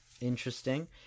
Interesting